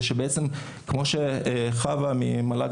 כמו שאמרה חוה מהמל"ג,